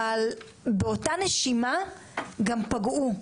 אבל באותה נשימה גם פגעו.